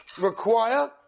require